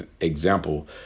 example